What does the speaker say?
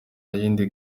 yindi